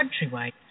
countrywide